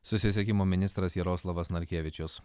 susisiekimo ministras jaroslavas narkevičius